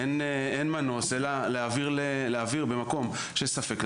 אין מנוס אלא להעביר במקום שיש ספק,